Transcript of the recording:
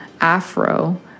Afro